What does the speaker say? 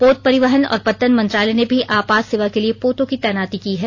पोत परिवहन और पत्तन मंत्रालय ने भी आपात सेवा के लिए पोतों की तैनाती की है